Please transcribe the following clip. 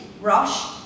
Rosh